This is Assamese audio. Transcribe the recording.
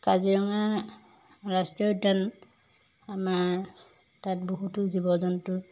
কাজিৰঙা ৰাষ্ট্ৰীয় উদ্যান আমাৰ তাত বহুতো জীৱ জন্তু